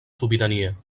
sobirania